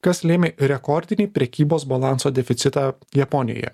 kas lėmė rekordinį prekybos balanso deficitą japonijoje